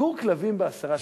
גור כלבים ב-10 שקלים.